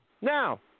Now